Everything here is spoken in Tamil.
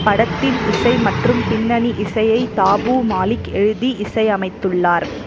படத்தின் இசை மற்றும் பின்னணி இசையை தாபூ மாலிக் எழுதி இசையமைத்துள்ளார்